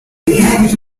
mayonnaise